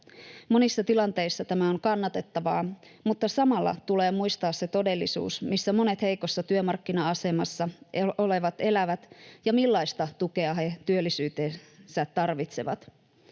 Monissa tilanteissa tämä on kannatettavaa, mutta samalla tulee muistaa se todellisuus, missä monet heikossa työmarkkina-asemassa olevat elävät ja millaista tukea he työllisyyteensä tarvitsevat.